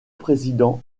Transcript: président